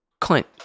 Clint